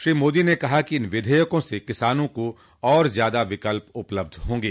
श्री मोदी ने कहा कि इन विधेयकों से किसानों को और ज्यादा विकल्प उपलब्ध होंगे